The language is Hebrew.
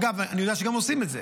אגב, אני יודע שגם עושים את זה.